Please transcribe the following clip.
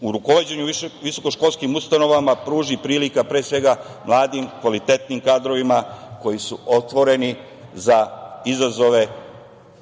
u rukovođenju visokoškolskim ustanovama pruži prilika pre svega mladim, kvalitetnim kadrovima koji su otvoreni za izazove koje